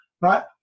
right